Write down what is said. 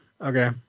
Okay